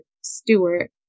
Stewart